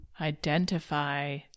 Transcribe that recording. Identify